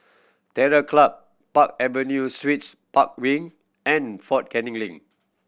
Terror Club Park Avenue Suites Park Wing and Fort Canning Link